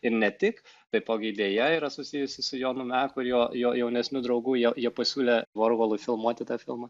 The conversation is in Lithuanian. ir ne tik taipogi idėja yra susijusi su jonu meku ir jo jo jaunesniu draugu jie jie pasiūlė vorholui filmuoti tą filmą